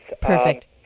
Perfect